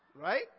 right